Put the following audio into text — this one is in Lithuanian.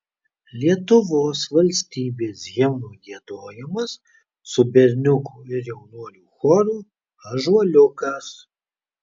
lietuvos valstybės himno giedojimas su berniukų ir jaunuolių choru ąžuoliukas